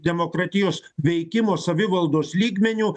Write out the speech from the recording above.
demokratijos veikimo savivaldos lygmeniu